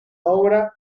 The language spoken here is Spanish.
obra